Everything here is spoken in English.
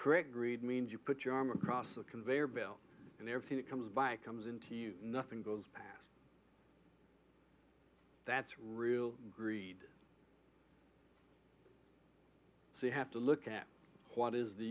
correct greed means you put your arm across a conveyor belt and everything that comes by comes into you nothing goes past that's real greed so you have to look at what is the